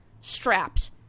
strapped